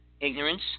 Ignorance